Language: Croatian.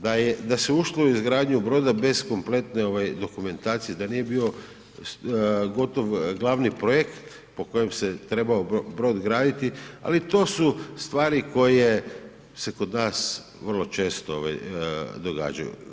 Da je, da se ušlo u izgradnju broda bez kompletne dokumentacije, da nije bio gotov glavni projekt po kojem se trebao brod graditi, ali to su stvari koje se kod nas vrlo često događaju.